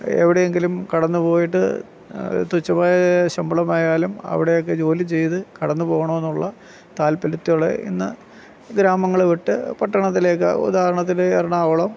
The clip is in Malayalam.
എവിടെയെങ്കിലും കടന്നുപോയിട്ട് തുച്ഛമായ ശമ്പളം ആയാലും അവിടെയൊക്കെ ജോലി ചെയ്ത് കടന്നുപോകണമെന്നുള്ള താല്പര്യത്തോടെ ഇന്ന് ഗ്രാമങ്ങള് വിട്ട് പട്ടണത്തിലേക്ക് ഉദാഹരണത്തിന് എറണാകുളം